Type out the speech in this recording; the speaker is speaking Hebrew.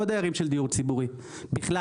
לא דיירים של דיור ציבורי בכלל.